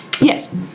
Yes